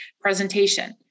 presentation